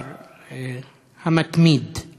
הנני.